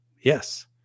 yes